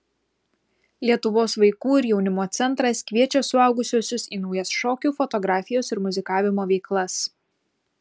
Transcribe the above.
lietuvos vaikų ir jaunimo centras kviečia suaugusiuosius į naujas šokių fotografijos ir muzikavimo veiklas